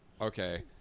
Okay